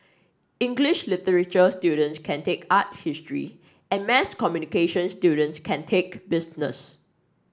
English literature students can take art history and mass communication students can take business